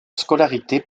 scolarité